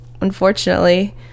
unfortunately